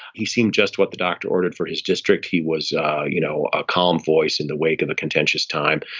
he seemed just what the doctor ordered for his district. he was you know a calm voice in the wake of a contentious time.